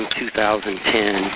2010